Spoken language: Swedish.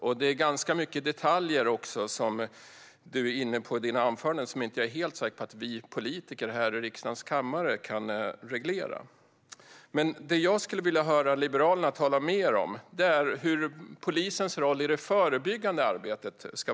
Du är i dina anföranden också inne på ganska många detaljer som jag inte är helt säker på att vi politiker här i riksdagens kammare kan reglera. Vad jag skulle vilja höra Liberalerna tala mer om är polisens roll i det förebyggande arbetet.